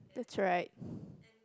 that's right